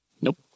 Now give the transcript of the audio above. Nope